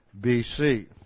BC